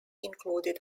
included